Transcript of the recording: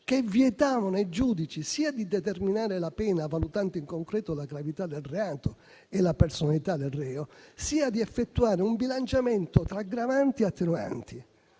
che vietavano ai giudici sia di determinare la pena, valutando in concreto la gravità del reato e la personalità del reo, sia di effettuare un bilanciamento tra aggravanti e attenuanti.